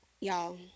Y'all